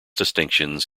distinctions